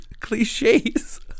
cliches